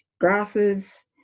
grasses